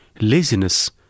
laziness